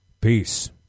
peace